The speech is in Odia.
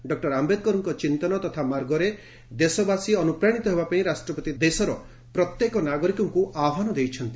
ଡକ୍ଟର ଆମ୍ବେଦ୍କରଙ୍କ ଚିନ୍ତନ ତଥା ମାର୍ଗରେ ଦେଶବାସୀ ଅନୁପ୍ରାଣିତ ହେବାପାଇଁ ରାଷ୍ଟପତି ଦେଶର ପ୍ରତ୍ୟେକ ନାଗରିକଙ୍କୁ ଆହ୍ବାନ ଦେଇଛନ୍ତି